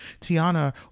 Tiana